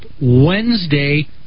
Wednesday